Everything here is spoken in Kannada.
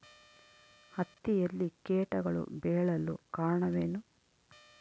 ಹತ್ತಿಯಲ್ಲಿ ಕೇಟಗಳು ಬೇಳಲು ಕಾರಣವೇನು?